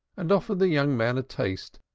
and offered the young man a taste,